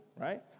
right